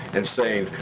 and saying,